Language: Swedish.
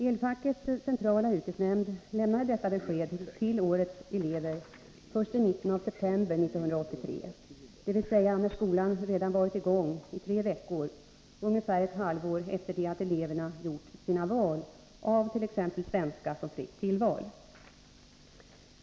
Elfackets centrala yrkesnämnd lämnade detta besked till årets elever först i mitten av september 1983, dvs. när skolan redan varit i gång i tre veckor och ungefär ett halvår efter det att eleverna gjort sina val av t.ex. svenska som fritt tillval.